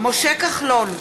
משה כחלון,